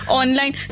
online